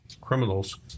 criminals